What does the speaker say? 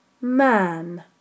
Man